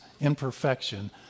imperfection